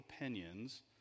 opinions